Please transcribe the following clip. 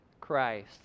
Christ